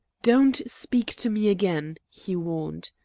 don't speak to me again, he warned.